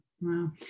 Wow